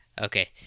okay